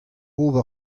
ober